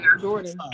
Jordan